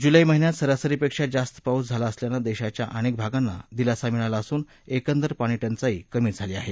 जुलै महिन्यात सरासरीपेक्षा जास्त पाऊस झाला असल्यानं देशाच्या अनेक भागांना दिलासा मिळाला असून एकंदर पाणीटंचाई कमी झाली आहे